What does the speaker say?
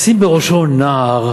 לשים בראשו נער,